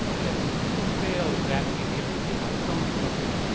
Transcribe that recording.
but i think they fail exactly in the areas that mark solms is talking about.